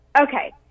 Okay